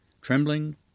trembling